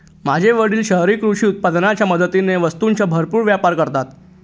माझे वडील शहरी कृषी उत्पादनाच्या मदतीने वस्तूंचा भरपूर व्यापार करतात